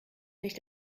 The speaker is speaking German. nicht